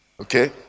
Okay